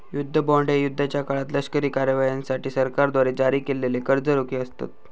युद्ध बॉण्ड हे युद्धाच्या काळात लष्करी कारवायांसाठी सरकारद्वारे जारी केलेले कर्ज रोखे असतत